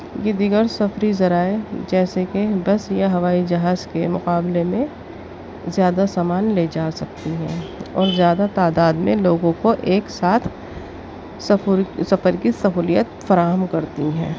یہ دیگر سفری ذرائع جیسے کہ بس یا ہوائی جہاز کے مقابلے میں زیادہ سامان لے جا سکتی ہیں اور زیادہ تعداد میں لوگوں کو ایک ساتھ سفر کی سہولیت فراہم کرتی ہیں